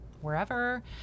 wherever